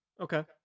Okay